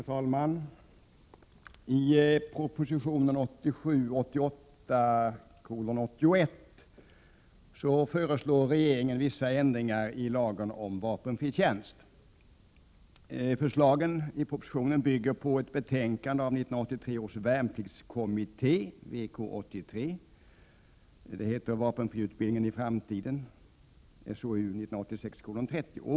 Herr talman! I proposition 1987/88:81 föreslår regeringen vissa ändringar i lagen om vapenfri tjänst. Förslagen bygger på ett betänkande av 1983 års värnpliktskommitté, VK 83, Vapenfriutbildningen i framtiden .